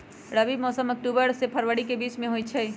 रबी मौसम अक्टूबर से फ़रवरी के बीच में होई छई